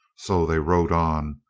so they rode on,